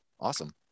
Awesome